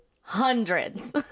Hundreds